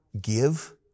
give